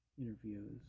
interviews